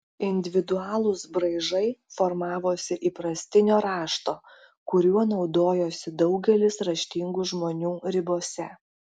individualūs braižai formavosi įprastinio rašto kuriuo naudojosi daugelis raštingų žmonių ribose